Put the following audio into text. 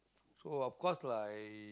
so of course I